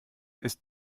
ist